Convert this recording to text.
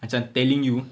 macam telling you